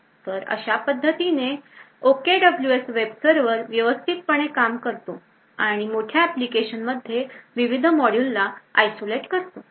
तर अशा पद्धतीने OKWS वेब सर्वर व्यवस्थितपणे काम करतो आणि मोठ्या एप्लीकेशन मध्ये विविध मॉड्यूलला आइसोलेट करतो